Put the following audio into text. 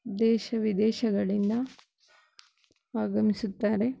ದೇಶ ವಿದೇಶಗಳಿಂದ ಆಗಮಿಸುತ್ತಾರೆ